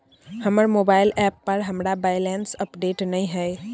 हमर mobile app पर हमरा बैलेंस अपडेट नय हय